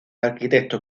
arquitecto